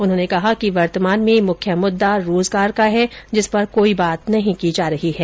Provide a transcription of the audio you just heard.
उन्होंने कहा कि वर्तमान में मुख्य मुद्दा रोजगार का है जिस पर कोई बात नहीं की जा रही है